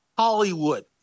Hollywood